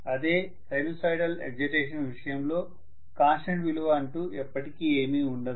అదే sinusoidal excitation విషయంలో constant విలువ అంటూ ఎప్పటికీ ఏమి ఉండదు